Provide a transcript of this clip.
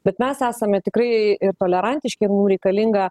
bet mes esame tikrai tolerantiški ir mum reikalinga